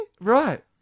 Right